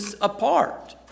apart